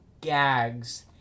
gags